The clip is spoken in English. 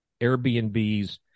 Airbnbs